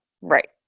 Right